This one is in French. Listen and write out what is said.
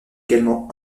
également